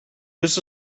this